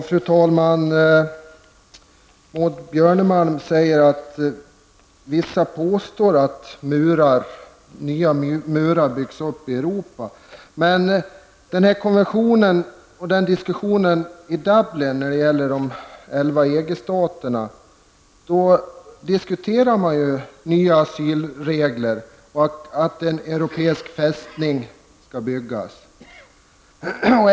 Fru talman! Maud Björnemalm säger att vissa påstår att nya murar byggs upp i Europa. Men konventionen och de diskussioner som förts i Dublin av de elva EG-staterna har ju rört just nya asylregler och att en europeisk fästning skall byggas.